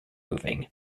moving